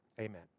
Amen